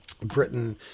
Britain